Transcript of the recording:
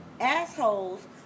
assholes